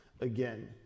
Again